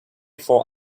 for